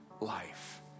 life